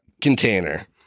container